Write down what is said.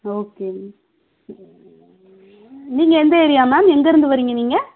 okay ma'am நீங்கள் எந்த area ma'am எங்கேருந்து வரீங்க நீங்கள்